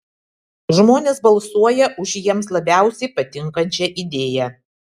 žmonės balsuoja už jiems labiausiai patinkančią idėją